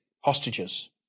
hostages